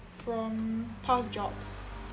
from past jobs